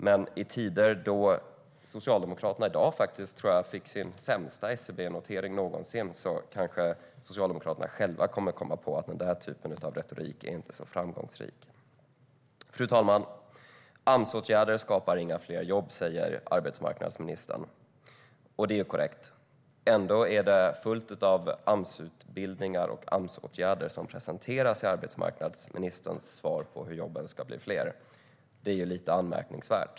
Men i dessa tider, när Socialdemokraterna i dag, tror jag, får sin sämsta SCB-notering någonsin, kanske de själva kommer att komma på att den där typen av retorik inte är så framgångsrik. Fru talman! Amsåtgärder skapar inga fler jobb, säger arbetsmarknadsministern. Det är korrekt. Ändå är det fullt av Amsutbildningar och Amsåtgärder som presenteras i arbetsmarknadsministerns svar på hur jobben ska bli fler. Det är lite anmärkningsvärt.